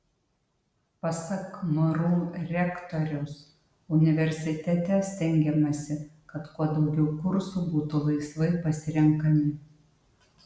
pasak mru rektoriaus universitete stengiamasi kad kuo daugiau kursų būtų laisvai pasirenkami